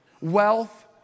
Wealth